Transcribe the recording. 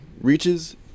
reaches